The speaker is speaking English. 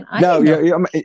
No